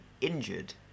injured